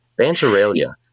Banteralia